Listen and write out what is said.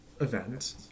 event